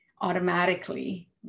automatically